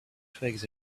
twigs